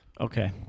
Okay